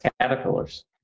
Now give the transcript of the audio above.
caterpillars